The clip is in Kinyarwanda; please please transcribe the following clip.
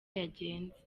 yagenze